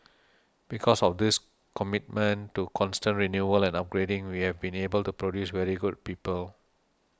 because of this commitment to constant renewal and upgrading we have been able to produce very good people